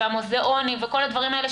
המוזיאונים וכל הדברים האלה,